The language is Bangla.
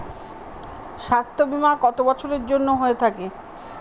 স্বাস্থ্যবীমা কত বছরের জন্য হয়ে থাকে?